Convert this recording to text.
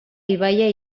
ibaia